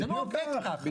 זה לא עובד ככה.